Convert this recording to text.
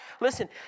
Listen